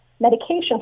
medications